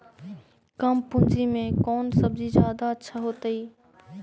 कम पूंजी में कौन सब्ज़ी जादा अच्छा होतई?